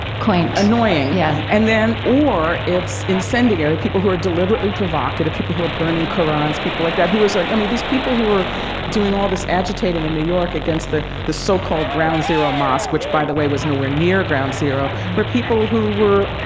quaint, annoying yeah and then or, it's incendiary, people who are deliberately provocative, people who are burning qur'ans, people like who is ah i mean, these people who are doing all this agitating in new york against the the so-called ground zero mosque, which, by the way, was nowhere near ground zero, yeah, were people who were,